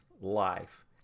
life